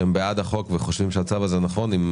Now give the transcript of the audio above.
שאתם בעד החוק וחושבים שהצו הזה נכון,